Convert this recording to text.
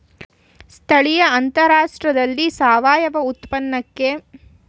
ಸ್ಥಳೀಯ ಅಂತಾರಾಷ್ಟ್ರದಲ್ಲಿ ಸಾವಯವ ಉತ್ಪನ್ನಕ್ಕೆ ಮಾರುಕಟ್ಟೆ ಮಹತ್ತರ ಬೆಳವಣಿಗೆ ನಿರೀಕ್ಷೆ ಹೊಂದಯ್ತೆ